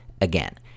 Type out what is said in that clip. again